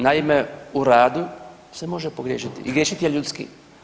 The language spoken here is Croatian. Naime u radu se može pogriješiti i griješiti je ljudski.